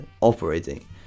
operating